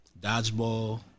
dodgeball